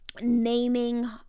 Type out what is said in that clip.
naming